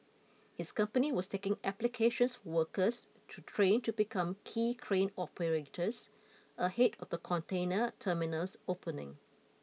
his company was taking applications workers to train to become quay crane operators ahead of the container terminal's opening